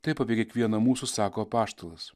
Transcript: taip apie kiekvieną mūsų sako apaštalas